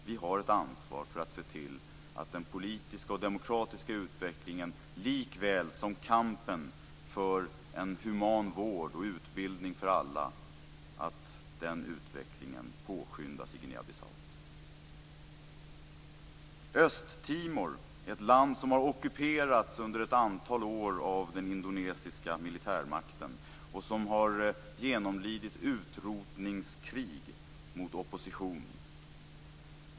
Vi har ett ansvar för att se till att den politiska och demokratiska utvecklingen lika väl som kampen för en human vård och utbildning för alla påskyndas i Guinea Östtimor är ett land som har ockuperats under ett antal år av den indonesiska militärmakten och som har genomlidit utrotningskrig mot oppositionen.